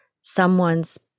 someone's